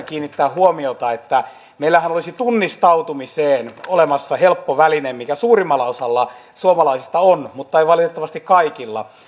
kiinnittää huomiota sellaiseen asiaan että meillähän olisi tunnistautumiseen olemassa helppo väline mikä suurimmalla osalla suomalaisista on mutta ei valitettavasti kaikilla